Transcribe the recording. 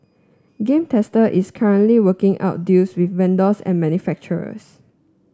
Game Tester is currently working out deals with vendors and manufacturers